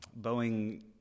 Boeing